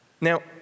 Now